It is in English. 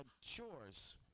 chores